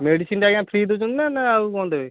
medicine ଟା ଆଜ୍ଞା free ଦେଉଛନ୍ତି ନା ନା ଆଉ କଣ ଦେବେ